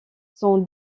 son